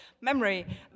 memory